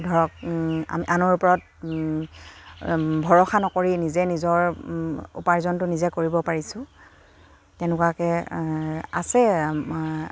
ধৰক আমি আনৰ ওপৰত ভৰষা নকৰি নিজে নিজৰ উপাৰ্জনটো নিজে কৰিব পাৰিছোঁ তেনেকুৱাকে আছে